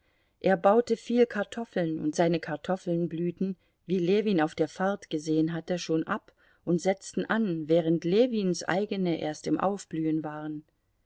er baute viel kartoffeln und seine kartoffeln blühten wie ljewin auf der fahrt gesehen hatte schon ab und setzten an während ljewins eigene erst im aufblühen waren